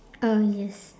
uh yes